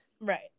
Right